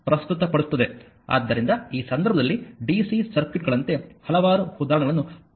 ಆದ್ದರಿಂದ ಈ ಸಂದರ್ಭದಲ್ಲಿ ಡಿಸಿ ಸರ್ಕ್ಯೂಟ್ಗಳಂತೆ ಹಲವಾರು ಉದಾಹರಣೆಗಳನ್ನು ಪ್ರತಿನಿಧಿಸುತ್ತೇವೆ